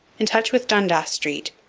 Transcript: in touch with dundas street,